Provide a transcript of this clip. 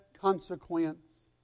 consequence